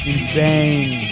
Insane